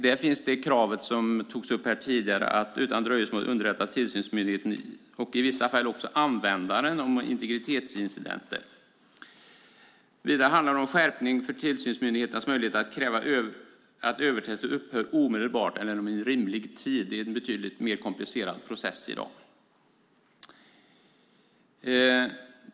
Där finns även kravet som togs upp här tidigare om att utan dröjsmål underrätta tillsynsmyndigheten och vissa fall också användaren om integritetsincidenter. Vidare handlar det om en skärpning av tillsynsmyndigheternas möjligheter att kräva att överträdelser upphör omedelbart eller inom en rimlig tid. Det är en betydligt mer komplicerad process i dag.